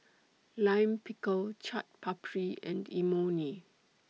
Lime Pickle Chaat Papri and Imoni